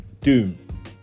Doom